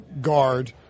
guard